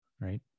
Right